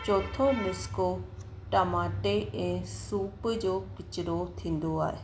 चोथों नुस्खो टमाटे ऐं सूप जो कचिरो थींदो आहे